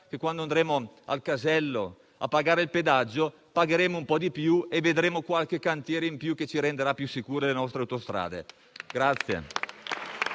che, quando andremo al casello a pagare il pedaggio, pagheremo un po' di più e vedremo qualche cantiere in più, che renderà più sicure le nostre autostrade.